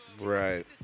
Right